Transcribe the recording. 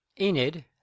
Enid